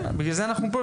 כן, בגלל זה אנחנו פה.